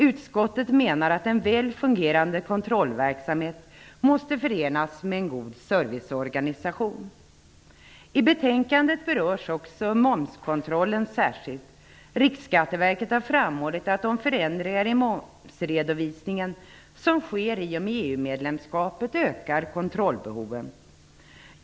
Utskottet menar att en väl fungerande kontrollverksamhet måste förenas med en god serviceorganisation. I betänkandet berörs också momskontrollen särskilt. Riksskatteverket har framhållit att de förändringar i momsredovisningen som sker i och med EU medlemskapet ökar kontrollbehoven.